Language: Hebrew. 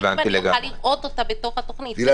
האם אני אוכל לראות אותה בתוך התוכנית?